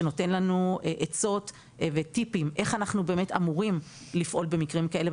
שנותן לנו עצות וטיפים איך אנחנו באמת אמורים לפעול במקרים כאלה,